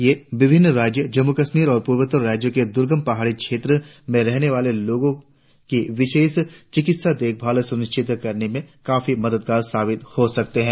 ये विभिन्न राज्यों जम्मू कश्मीर और पूर्वोत्तर राज्यों के दुर्गम पहाड़ी क्षेत्रों में रहने वाले लोगों की विशेष चिकित्सीय देखभाल सुनिश्चित करने में काफी मददगार साबित हो सकते है